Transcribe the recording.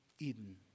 Eden